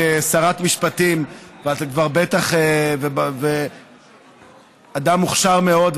את שרת משפטים ואת בטח אדם מוכשר מאוד,